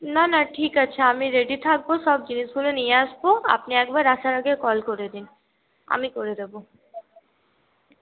না না ঠিক আছে আমি রেডি থাকব সব জিনিসগুলো নিয়ে আসব আপনি একবার আসার আগে কল করে দিন আমি করে দেব